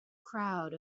crowd